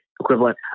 equivalent